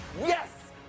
yes